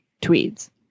tweeds